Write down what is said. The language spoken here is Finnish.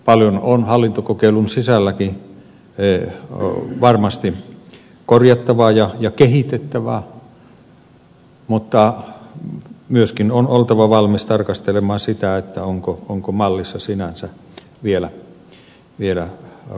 paljon on hallintokokeilun sisälläkin varmasti korjattavaa ja kehitettävää mutta on myöskin oltava valmis tarkastelemaan sitä onko mallissa sinänsä vielä korjattavaa